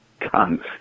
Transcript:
cunts